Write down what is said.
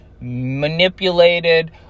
manipulated